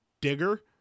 Digger